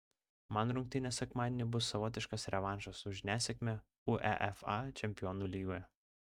man rungtynės sekmadienį bus savotiškas revanšas už nesėkmę uefa čempionų lygoje